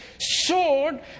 sword